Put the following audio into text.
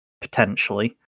potentially